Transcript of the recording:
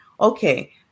okay